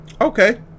Okay